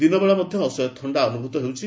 ଦିନବେଳା ମଧ୍ୟ ଅସହ୍ୟ ଥଣ୍ଡା ଅନୁଭୂତ ହେଉଛି